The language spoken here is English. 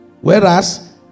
whereas